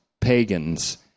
pagans